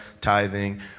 tithing